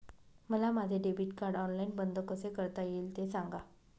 मला माझे debit card online बंद कसे करता येईल, ते सांगा